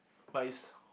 but it's